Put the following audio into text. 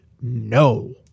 no